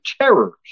terrors